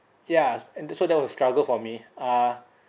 ya and so that was a struggle for me uh